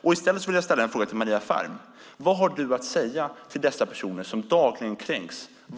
Jag skulle vilja fråga Maria Ferm vad hon har att säga till de personer som dagligen kränks.